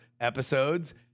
episodes